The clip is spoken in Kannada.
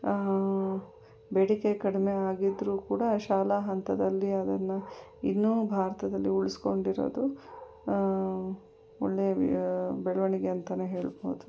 ಬೇಡಿಕೆ ಕಡಿಮೆ ಆಗಿದ್ದರು ಕೂಡ ಶಾಲಾ ಹಂತದಲ್ಲಿ ಅದನ್ನು ಇನ್ನೂ ಭಾರತದಲ್ಲಿ ಉಳಿಸ್ಕೊಂಡಿರೋದು ಒಳ್ಳೆ ಬೆಳವಣಿಗೆ ಅಂತಲೇ ಹೇಳ್ಬೋದು